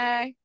Bye